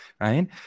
right